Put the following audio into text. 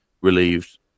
relieved